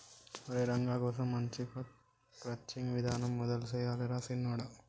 ఒరై రంగ కోసం మనం క్రచ్చింగ్ విధానం మొదలు సెయ్యాలి రా సిన్నొడా